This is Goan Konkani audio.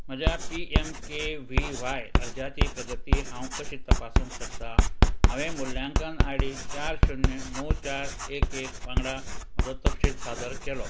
म्हज्या P M K V Y अर्जाची प्रगती हांव कशी तपासूंक शकता हांवें मुल्यांकन आय डी चार शुन्य णव चार एक एक वांगडा म्हजो तपशील सादर केलो